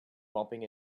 bumping